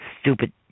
stupid